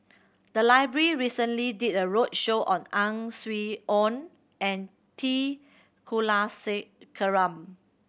the library recently did a roadshow on Ang Swee Aun and T Kulasekaram